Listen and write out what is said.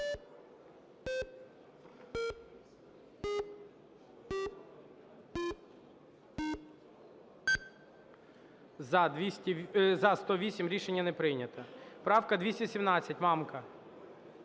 За-108 Рішення не прийнято. Правка 217, Мамка.